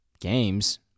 games